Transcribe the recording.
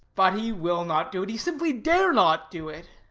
but he will not do it. he simply dare not do it.